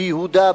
ביהודה,